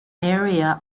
area